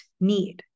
need